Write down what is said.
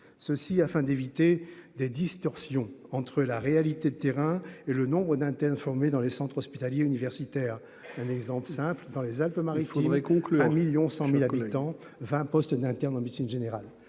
ceci afin d'éviter des distorsions entre la réalité de terrain et le nombre d'internes formés dans les centres hospitaliers universitaires, un exemple simple, dans les Alpes Maritimes et conclu un 1000000 100 1000 habitants 20 postes d'internes en médecine générale,